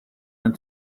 and